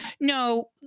no